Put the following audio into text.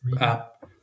app